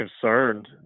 concerned